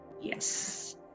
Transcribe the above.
Yes